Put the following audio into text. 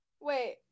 Wait